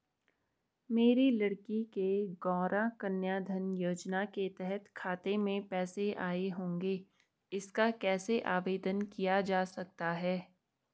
मेरी लड़की के गौंरा कन्याधन योजना के तहत खाते में पैसे आए होंगे इसका कैसे आवेदन किया जा सकता है?